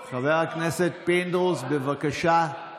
חבר הכנסת פינדרוס, בבקשה.